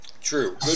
True